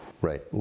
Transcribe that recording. Right